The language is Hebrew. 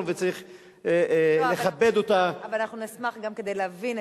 אני מוכרחה לקבל תרגום כדי שנבין.